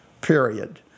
period